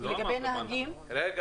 רגע.